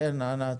כן, ענת.